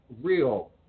real